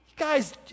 guys